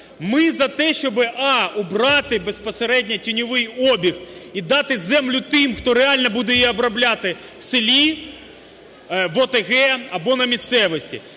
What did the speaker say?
Ми за те, щоби: а) убрати безпосередньо тіньовий обіг і дати землю тим, хто реально буде її обробляти в селі, в ОТГ або на місцевості.